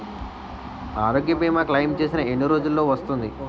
ఆరోగ్య భీమా క్లైమ్ చేసిన ఎన్ని రోజ్జులో వస్తుంది?